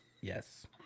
yes